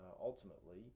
ultimately